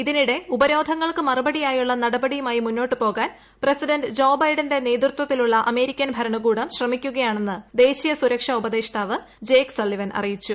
ഇതിനിടെ ഉപരോധങ്ങൾക്ക് മറുപടിയായുള്ള നടപടിയുമായി മുന്നോട്ടു പോകാൻ പ്രസിഡന്റ് ജോ ബൈഡന്റെ നേതൃത്വത്തിലുള്ള അമേരിക്കൻ ഭരണകൂടം ശ്രമിക്കുകയാണെന്ന് ദേശീയ സുരക്ഷാ ഉപദേഷ്ടാവ് ജേക്ക് സള്ളിവൻ അറിയിച്ചു